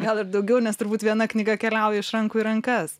gal ir daugiau nes turbūt viena knyga keliauja iš rankų į rankas